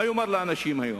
מה הוא יאמר לאנשים היום?